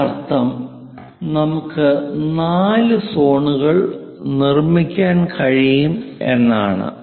അതിനർത്ഥം നമുക്ക് നാല് സോണുകൾ നിർമ്മിക്കാൻ കഴിയും എന്നാണ്